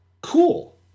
cool